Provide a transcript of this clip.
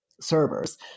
servers